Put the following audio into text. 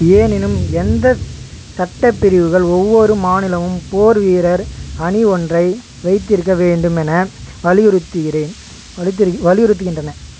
எனினும் எந்த சட்டப்பிரிவுகள் ஒவ்வொரு மாநிலமும் போர் வீரர் அணி ஒன்றை வைத்திருக்க வேண்டும் என வலியுறுத்துகிறேன் வலித்தி வலியுறுத்துகின்றன